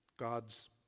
God's